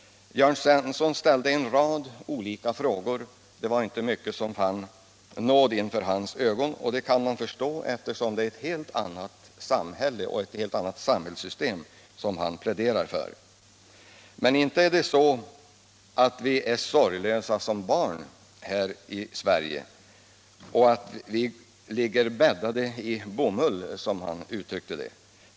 Jörn Svensson ställde en rad olika frågor. Det var inte mycket som fann nåd inför hans ögon, och detta kan man förstå eftersom det är ett helt annat samhälle, ett helt annat samhällssystem som han pläderar för. Men inte är vi sorglösa som barn här i Sverige och inte heller ligger vi inbäddade i bomull, som han ville göra gällande.